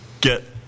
get